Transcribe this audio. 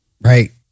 right